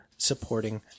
supporting